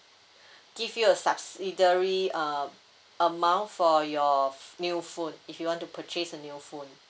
give you a subsidiary err amount for your new phone if you want to purchase a new phone